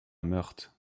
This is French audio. meurthe